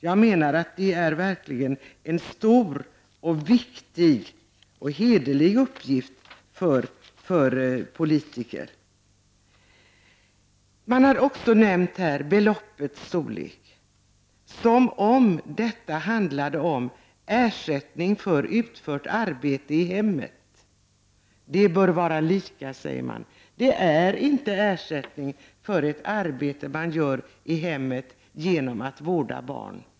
Jag menar att det verkligen är en stor, viktig och hederlig uppgift för politiker. Man har också nämnt beloppets storlek, som om detta handlade om ersättning för utfört arbete i hemmet. Ersättningen bör vara lika, säger man. Det är inte ersättning för ett arbete man gör i hemmet genom att vårda barn.